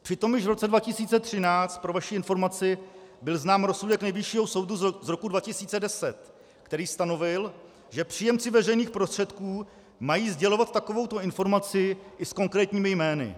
Přitom již v roce 2013, pro vaši informaci, byl znám rozsudek Nejvyššího soudu z roku 2010, který stanovil, že příjemci veřejných prostředků mají sdělovat takovouto informaci i s konkrétními jmény.